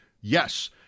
Yes